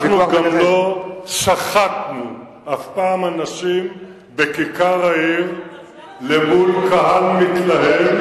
אנחנו גם לא שחטנו אף פעם אנשים בכיכר העיר מול קהל מתלהם,